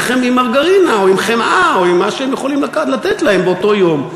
לחם עם מרגרינה או חמאה או מה שהם יכולים לתת להם באותו יום.